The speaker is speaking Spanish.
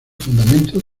fundamentos